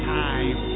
time